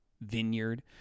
vineyard